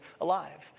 alive